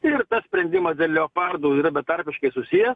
ir sprendimas dėl leopardų yra betarpiškai susijęs